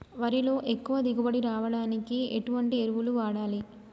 వరిలో ఎక్కువ దిగుబడి రావడానికి ఎటువంటి ఎరువులు వాడాలి?